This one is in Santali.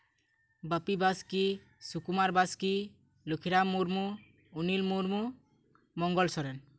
ᱵᱟᱯᱤ ᱵᱟᱥᱠᱮ ᱥᱩᱠᱩᱢᱟᱨ ᱵᱟᱥᱠᱮ ᱞᱚᱠᱠᱷᱤᱨᱟᱢ ᱢᱩᱨᱢᱩ ᱚᱱᱤᱞ ᱢᱩᱨᱢᱩ ᱢᱚᱝᱜᱚᱞ ᱥᱚᱨᱮᱱ